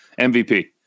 MVP